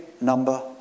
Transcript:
number